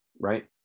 right